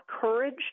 courage